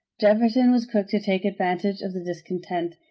jefferson was quick to take advantage of the discontent.